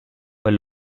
were